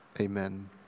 Amen